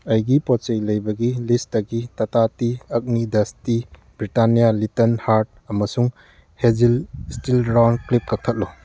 ꯑꯩꯒꯤ ꯄꯣꯠꯆꯩ ꯂꯩꯕꯒꯤ ꯂꯤꯁꯇꯒꯤ Tata tea Agni dust tea Britannia little hearts ꯑꯃꯁꯨꯡ ꯍꯦꯖꯜ ꯏꯁꯇꯤꯜ ꯔꯥꯎꯟ ꯀ꯭ꯂꯤꯞ ꯀꯛꯊꯠꯂꯨ